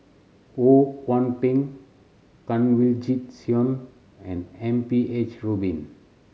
Ho Kwon Ping Kanwaljit Soin and M P H Rubin